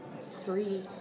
three